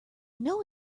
know